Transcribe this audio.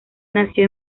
nació